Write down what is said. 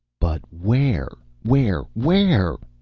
but where, where, where?